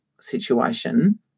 situation